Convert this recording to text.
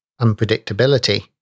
unpredictability